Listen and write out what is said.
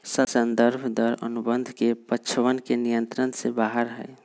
संदर्भ दर अनुबंध के पक्षवन के नियंत्रण से बाहर हई